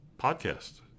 podcast